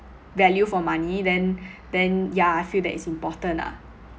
value for money then then yeah I feel that is important lah